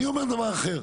אני אומר דבר אחר,